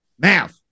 Math